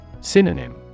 Synonym